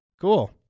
Cool